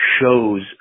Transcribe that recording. shows